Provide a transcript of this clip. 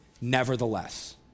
nevertheless